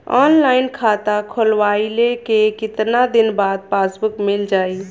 Online खाता खोलवईले के कितना दिन बाद पासबुक मील जाई?